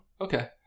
Okay